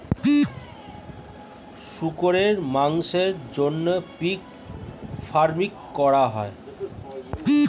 শুকরের মাংসের জন্য পিগ ফার্মিং করা হয়